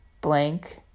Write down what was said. blank